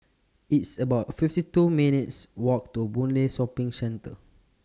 It's about fifty two minutes' Walk to Boon Lay Shopping Centre